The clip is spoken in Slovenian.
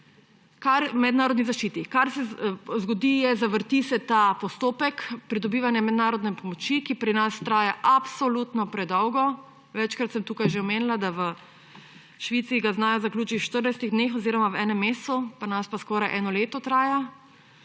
mednarodni zaščiti. Kaj se zgodi? Zavrti se ta postopek pridobivanja mednarodne pomoči, ki pri nas traja absolutno predolgo. Večkrat sem tukaj že omenila, da v Švici ga znajo zaključiti v 14 dneh oziroma v enem mesecu, pri nas pa skoraj eno leto traja.